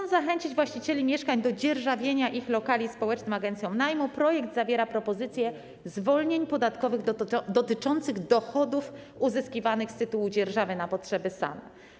Aby zachęcić właścicieli mieszkań do dzierżawienia lokali społecznym agencjom najmu, w projekcie zawarto propozycje zwolnień podatkowych dotyczących dochodów uzyskiwanych z tytułu dzierżawy na potrzeby SAN.